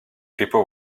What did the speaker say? people